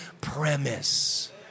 premise